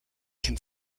can